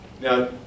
Now